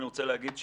אני רוצה להגיד,